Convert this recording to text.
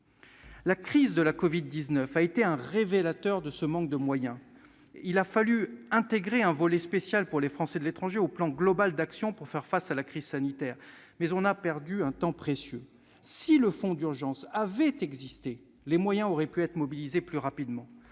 La crise de la covid-19 a été un révélateur de ce manque de moyens. Il a fallu intégrer un volet spécial pour les Français de l'étranger au plan global d'action visant à faire face à la crise sanitaire, mais on a perdu un temps précieux. Si le fonds d'urgence avait existé, les moyens auraient pu être mobilisés plus rapidement.